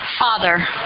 Father